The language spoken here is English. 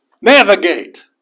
navigate